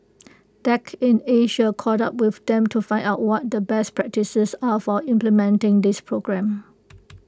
tech in Asia caught up with them to find out what the best practices are for implementing this program